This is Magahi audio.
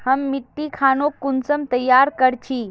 हम मिट्टी खानोक कुंसम तैयार कर छी?